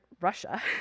Russia